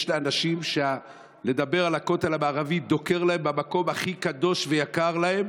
יש אנשים שלדבר על הכותל המערבי דוקר להם במקום הכי קדוש ויקר להם,